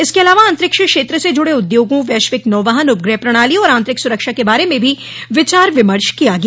इसके अलावा अंतरिक्ष क्षेत्र से जुड़े उद्योगों वैश्विक नौवहन उपग्रह प्रणाली और आंतरिक सुरक्षा के बारे में भी विचार विमर्श किया गया